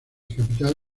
capital